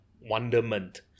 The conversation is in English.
wonderment